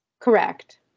Correct